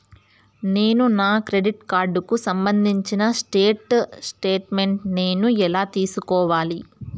నేను నా క్రెడిట్ కార్డుకు సంబంధించిన స్టేట్ స్టేట్మెంట్ నేను ఎలా తీసుకోవాలి?